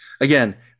again